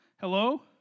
Hello